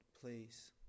please